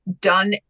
done